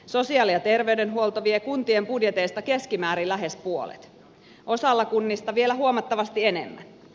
sosiaali ja terveydenhuolto vie kuntien budjeteista keskimäärin lähes puolet osalla kunnista vielä huomattavasti enemmän